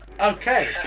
Okay